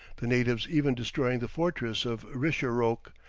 the natives even destroying the fortress of richeroque,